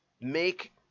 make